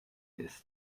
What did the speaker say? ist